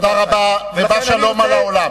תודה רבה, ובא שלום על העולם.